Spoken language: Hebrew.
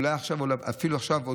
אולי אפילו עכשיו,